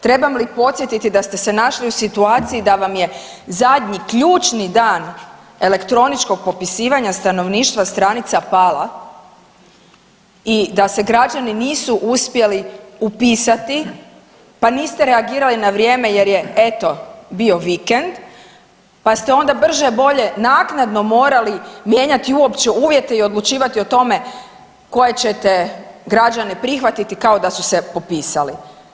Trebam li podsjetiti da ste se našli u situaciji da vam je zadnji ključni dan elektroničkog popisivanja stanovništva stranica pala i da se građani nisu uspjeli upisati, pa niste reagirali na vrijeme, jer je eto, bio vikend, pa ste onda brže bolje naknadno morali mijenjati uopće uvjete i odlučivati o tome tko je ćete građane prihvatiti kao da su se popisali.